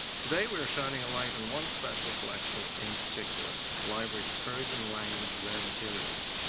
today we are shining a light on one special collection in particular, the library's persian language rare materials.